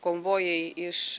konvojai iš